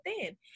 thin